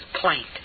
plaint